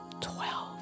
Twelve